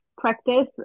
practice